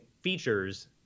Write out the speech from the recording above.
features